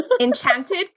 Enchanted